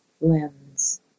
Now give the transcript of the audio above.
lens